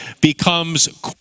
becomes